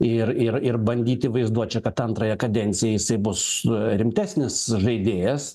ir ir ir bandyti vaizduotčia kad antrąją kadenciją jisai bus rimtesnis žaidėjas